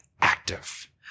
active